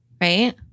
right